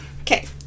okay